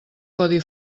codi